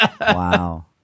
Wow